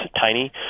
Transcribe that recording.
tiny